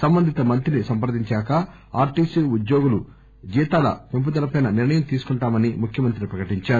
సంబంధిత మంత్రిని సంప్రదించాక ఆర్టీసీ ఉద్యోగులు జీతాల పెంపుదలపై నిర్ణయం తీసుకుంటామని ప్రకటించారు